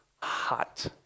hot